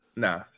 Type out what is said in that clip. Nah